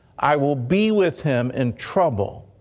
i will be with him in trouble.